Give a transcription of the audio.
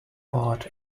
part